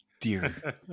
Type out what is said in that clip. dear